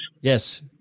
Yes